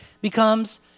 becomes